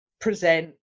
present